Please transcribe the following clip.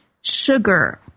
sugar